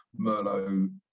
Merlot